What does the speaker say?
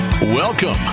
Welcome